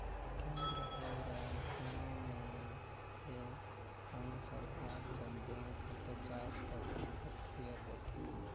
केन्द्र अउ राएज दुनो में ले कोनोच सरकार जग बेंक कर पचास परतिसत सेयर होथे